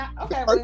Okay